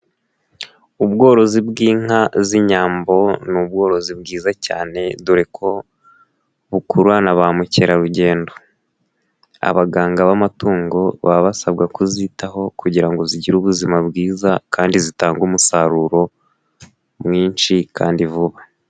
Ubworozi bw'inka z'Inyambo ni ubworozi bwiza cyane, dore ko bukurura na ba mukerarugendo, abaganga b'amatungo baba basabwa kuzitaho kugira ngo zigire ubuzima bwiza kandi zitange umusaruro mwinshi kandi vuba.